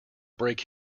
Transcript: break